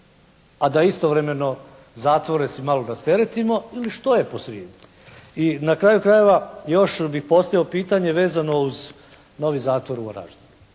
a da istovremeno zatvore si malo rasteretimo ili što je posrijedi. I na kraju krajeva još bih postavio pitanje vezano uz novi zatvor u Varaždinu.